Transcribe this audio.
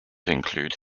include